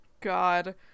god